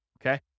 Okay